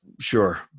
sure